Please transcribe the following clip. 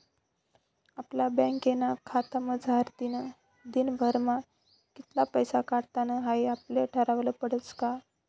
आपला बँकना खातामझारतीन दिनभरमा कित्ला पैसा काढानात हाई आपले ठरावनं पडस का